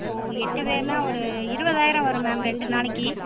ஓ எட்டு பேருனால் ஒரு இருபதாயிரம் வரும் மேம் ரெண்டு நாளைக்கு